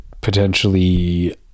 potentially